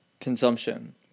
consumption